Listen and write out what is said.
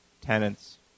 tenants